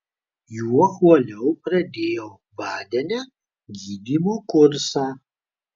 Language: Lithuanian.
juo uoliau pradėjau badene gydymo kursą